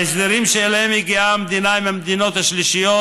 ההסדרים שאליהם הגיעה המדינה עם המדינות השלישיות